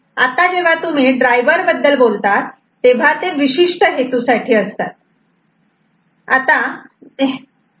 आता जेव्हा तुम्ही ड्रायव्हर बद्दल बोलतात तेव्हा ते विशिष्ट हेतूसाठी असतात